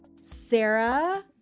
Sarah